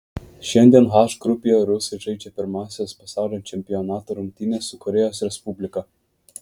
šiandien h grupėje rusai žaidžia pirmąsias pasaulio čempionato rungtynes su korėjos respublika